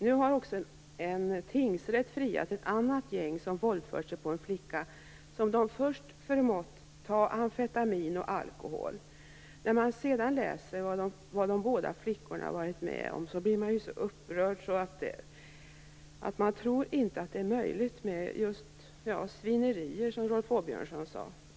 Nu har också en tingsrätt friat ett annat gäng som våldfört sig på en flicka som de först förmått ta amfetamin och dricka alkohol. När man läser vad de båda flickorna har varit med om blir man upprörd. Man tror inte att det är möjligt med sådana svinerier, som Rolf Åbjörnsson sade.